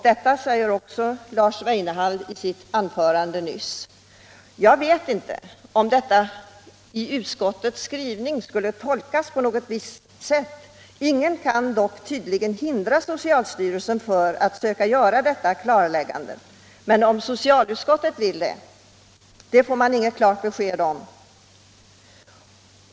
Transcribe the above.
Detsamma sade Lars Weinehall alldeles nyss. Jag vet inte om utskottets skrivning skall tolkas på något visst sätt, men tydligen kan ingen hindra socialstyrelsen att försöka göra ett sådant klarläggande. Men om socialutskottet vill det får man inget besked om.